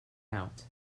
out